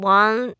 one